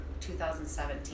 2017